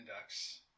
ducks